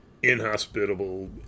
inhospitable